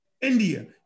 India